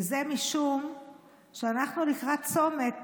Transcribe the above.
וזה משום שאנחנו לקראת צומת